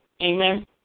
Amen